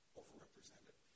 overrepresented